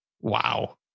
Wow